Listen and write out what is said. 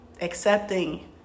accepting